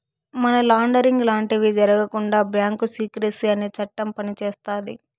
money laundering లాంటివి జరగకుండా bank secrecy అనే చట్టం పనిచేస్తాది